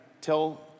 tell